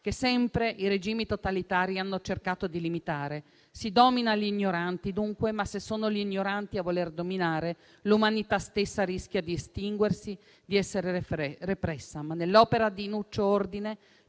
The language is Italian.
che sempre i regimi totalitari hanno cercato di limitare. Si dominano gli ignoranti dunque, ma se sono gli ignoranti a voler dominare, l'umanità stessa rischia di estinguersi e di essere repressa. Nell'opera di Nuccio Ordine